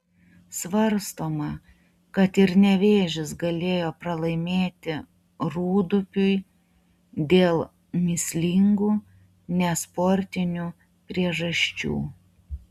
svarstoma kad ir nevėžis galėjo pralaimėti rūdupiui dėl mįslingų nesportinių priežasčių